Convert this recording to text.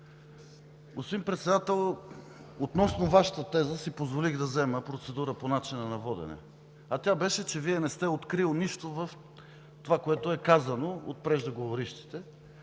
Господин Председател, относно Вашата теза си позволих да взема процедура по начина на водене, а тя беше, че Вие не сте открили нищо в това, което е казано от преждеговорившите,